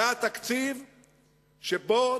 זה התקציב שבו